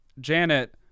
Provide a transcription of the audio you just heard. Janet